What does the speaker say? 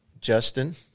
Justin